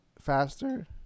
faster